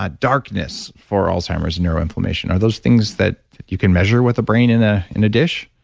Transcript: ah darkness for alzheimer's neuroinflammation? are those things that you can measure with a brain in ah in a dish?